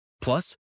Plus